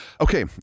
okay